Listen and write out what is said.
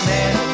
Man